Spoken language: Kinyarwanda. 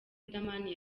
riderman